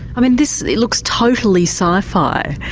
i mean this looks totally sci-fi.